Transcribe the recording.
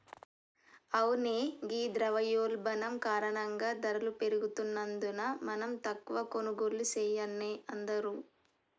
అవునే ఘీ ద్రవయోల్బణం కారణంగా ధరలు పెరుగుతున్నందున మనం తక్కువ కొనుగోళ్లు సెయాన్నే అందరూ